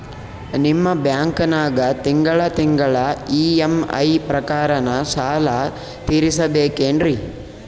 ನಿಮ್ಮ ಬ್ಯಾಂಕನಾಗ ತಿಂಗಳ ತಿಂಗಳ ಇ.ಎಂ.ಐ ಪ್ರಕಾರನ ಸಾಲ ತೀರಿಸಬೇಕೆನ್ರೀ?